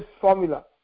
formula